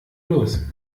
los